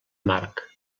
marc